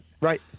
Right